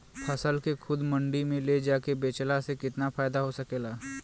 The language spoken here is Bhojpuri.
फसल के खुद मंडी में ले जाके बेचला से कितना फायदा हो सकेला?